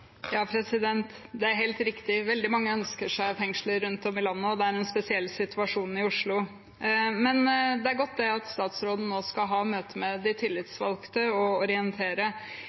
Det er helt riktig at veldig mange ønsker seg fengsler rundt om i landet, og det er en spesiell situasjon i Oslo. Men det er godt at statsråden nå skal ha møte med de tillitsvalgte og orientere.